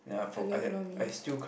I love lor-mee